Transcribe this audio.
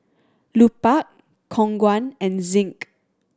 Lupark Khong Guan and Zinc